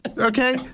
Okay